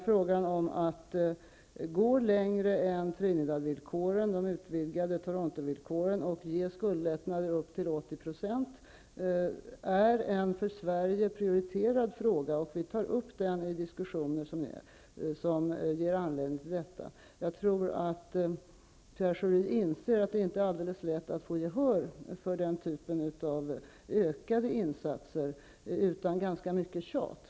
Frågan om att gå längre än Trinidadvillkoren, de utvidgade Torontovillkoren, och ge skuldlättnader på upp till 80 % är en för Sverige prioriterad fråga, och vi tar upp den i diskussioner som ger anledning till detta. Jag tror att Pierre Schori inser att det inte är alldeles lätt att få gehör för den typen av ökade insatser utan ganska mycket tjat.